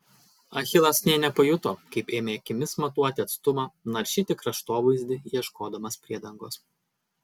achilas nė nepajuto kaip ėmė akimis matuoti atstumą naršyti kraštovaizdį ieškodamas priedangos